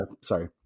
Sorry